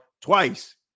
twice